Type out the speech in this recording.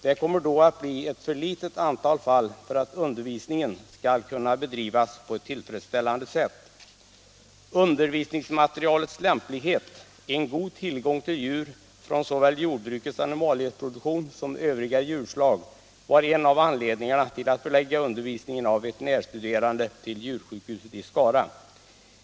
Det kommer då att bli ett för litet antal fall för att undervisningen skall kunna bedrivas på ett tillfredsställande sätt.